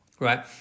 Right